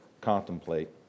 contemplate